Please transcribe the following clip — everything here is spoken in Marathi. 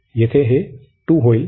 तर येथे हे 2 होईल